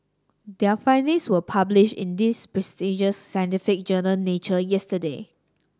their findings were published in the prestigious scientific journal Nature yesterday